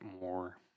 more